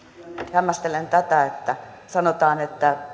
hämmästelen tätä että sanotaan että